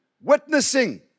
witnessing